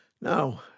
Now